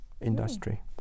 industry